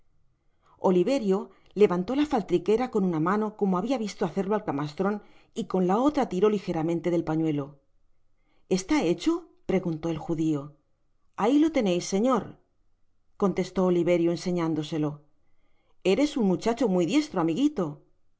oliverio levantó la faltriquera con una mano como habia visto hacerlo al camastron y con la otra tiró ligeramente el pañuelo t esta hecho preguntó el judio ahi lo teneis señor contestó oliverio enseñándoselo eres un muchacho muy diestro amiguito